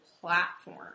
platform